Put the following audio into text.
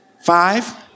five